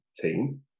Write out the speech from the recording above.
team